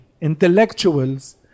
intellectuals